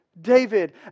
David